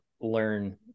learn